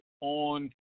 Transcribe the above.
on